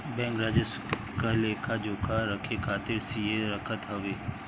bank राजस्व क लेखा जोखा रखे खातिर सीए रखत हवे